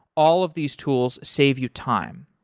all of these tools save you time.